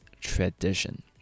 tradition